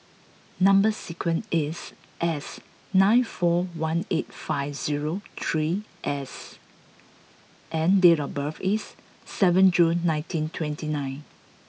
number sequence is S nine four one eight five zero three S and date of birth is seven June nineteen twenty nine